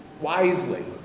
wisely